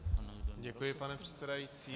Děkuji, pane předsedající.